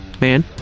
man